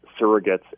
surrogates